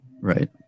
right